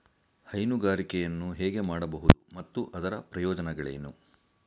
ಹೈನುಗಾರಿಕೆಯನ್ನು ಹೇಗೆ ಮಾಡಬಹುದು ಮತ್ತು ಅದರ ಪ್ರಯೋಜನಗಳೇನು?